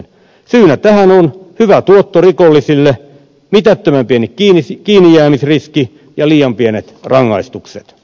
syynä tähän on hyvä tuotto rikollisille mitättömän pieni kiinnijäämisriski ja liian pienet rangaistukset